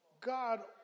God